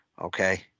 okay